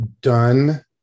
done